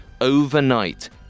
Overnight